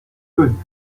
fünf